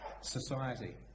society